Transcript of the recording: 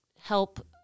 help